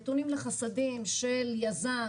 נתונים לחסדים של יזם,